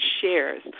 shares